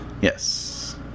Yes